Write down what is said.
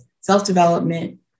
self-development